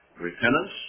repentance